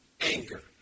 anger